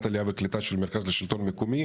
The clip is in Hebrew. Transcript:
העלייה והקליטה של המרכז השילטון המקומי,